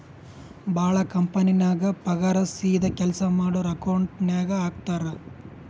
ಭಾಳ ಕಂಪನಿನಾಗ್ ಪಗಾರ್ ಸೀದಾ ಕೆಲ್ಸಾ ಮಾಡೋರ್ ಅಕೌಂಟ್ ನಾಗೆ ಹಾಕ್ತಾರ್